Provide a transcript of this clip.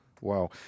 Wow